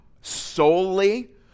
solely